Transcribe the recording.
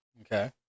Okay